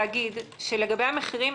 אני רוצה להגיד שלגבי המחירים,